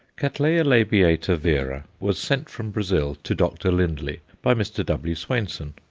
cattleya labiata vera was sent from brazil to dr. lindley by mr. w. swainson,